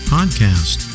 Podcast